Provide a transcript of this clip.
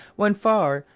when faure,